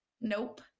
Nope